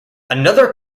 another